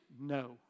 no